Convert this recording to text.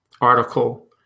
article